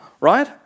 right